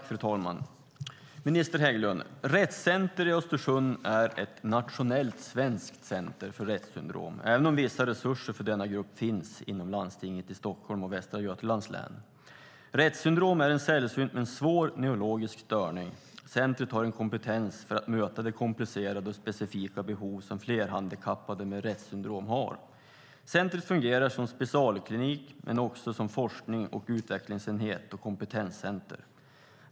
Fru talman! Rett Center i Östersund är ett nationellt svenskt center när det gäller Retts syndrom, även om vissa resurser för denna grupp finns inom landstingen i Stockholms och Västra Götalands län. Retts syndrom är en sällsynt men svår neurologisk störning. Centret har en kompetens för att möta de komplicerade och specifika behov som flerhandikappade med Retts syndrom har. Centret fungerar som specialklinik men också som forsknings och utvecklingsenhet och kompetenscenter.